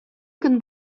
көн